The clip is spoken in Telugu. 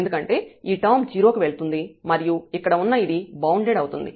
ఎందుకంటే ఈ టర్మ్ 0 కి వెళ్తుంది మరియు ఇక్కడ ఉన్న ఇది బౌండెడ్ అవుతుంది